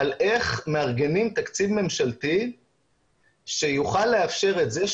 על איך מארגנים תקציב ממשלתי שיוכל לאפשר את זה,